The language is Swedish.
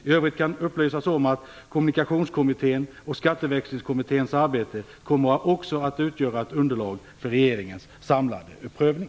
I övrigt kan upplysas om att Kommunikationskommittén och Skatteväxlingskommitténs arbete också kommer att utgöra underlag för regeringens samlade prövning.